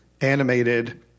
animated